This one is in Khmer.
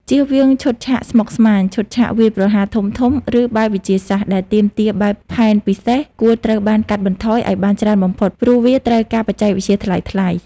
ជៀសវាងឈុតឆាកស្មុគស្មាញ ឈុតឆាកវាយប្រហារធំៗ ឬបែបវិទ្យាសាស្ត្រដែលទាមទារបែបផែនពិសេស គួរត្រូវបានកាត់បន្ថយឱ្យបានច្រើនបំផុត ព្រោះវាត្រូវការបច្ចេកវិទ្យាថ្លៃៗ។